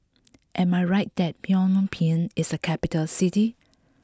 am I right that Phnom Penh is a capital city